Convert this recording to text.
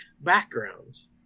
backgrounds